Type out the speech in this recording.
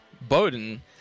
Bowden